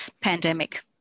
pandemic